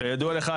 כידוע לך,